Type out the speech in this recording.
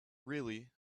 really